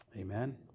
amen